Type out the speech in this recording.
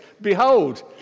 Behold